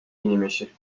inimesi